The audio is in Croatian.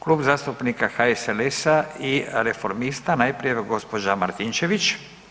Klub zastupnika HSLS-a i Reformista, najprije gospođa Martinčević.